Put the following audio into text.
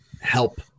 help